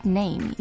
name